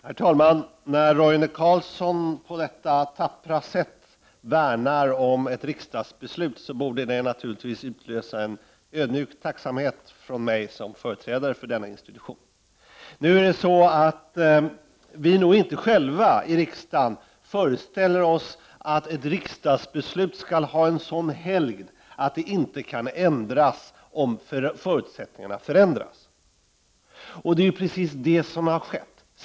Herr talman! När Roine Carlsson på detta tappra sätt värnar om ett riksdagsbeslut, så borde det naturligtvis utlösa en ödmjuk tacksamhet från mig som företrädare för denna institution. Nu är det så, att vi nog inte själva i riksdagen föreställer oss att ett riksdagsbeslut skall ha en sådan helgd att det inte kan ändras om förutsättningarna förändras. Och det är ju precis det som har skett.